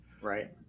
Right